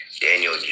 Daniel